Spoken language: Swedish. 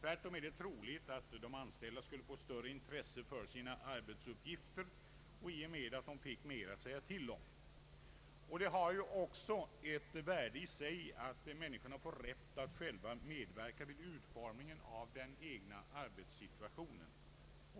Tvärtom är det troligt att de anställda skulle få större intresse för sina arbetsuppgifter i och med att de fick mer att säga till om. Det har också ett värde i sig att människorna får rätt att själva medverka vid utformningen av den egna arbetssituationen.